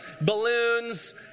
Balloons